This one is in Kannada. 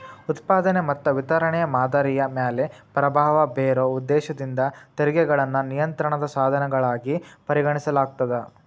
ಉತ್ಪಾದನೆ ಮತ್ತ ವಿತರಣೆಯ ಮಾದರಿಯ ಮ್ಯಾಲೆ ಪ್ರಭಾವ ಬೇರೊ ಉದ್ದೇಶದಿಂದ ತೆರಿಗೆಗಳನ್ನ ನಿಯಂತ್ರಣದ ಸಾಧನಗಳಾಗಿ ಪರಿಗಣಿಸಲಾಗ್ತದ